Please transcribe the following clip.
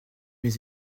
mes